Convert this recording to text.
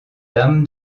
dam